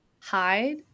hide